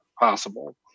possible